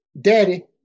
daddy